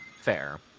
Fair